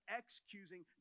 excusing